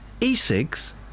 E-cigs